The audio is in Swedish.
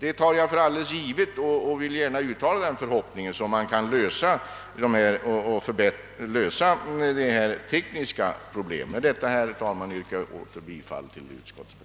Det tar jag för alldeles givet, och jag vill gärna uttala den förhoppningen, att man skall kunna lösa dessa tekniska problem. Med det anförda ber jag att få yrka bifall till utskottets